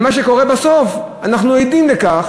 מה שקורה בסוף הוא שאנחנו עדים לכך